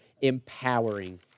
empowering